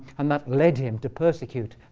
and that led him to persecute